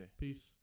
Peace